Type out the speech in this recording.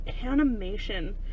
animation